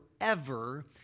forever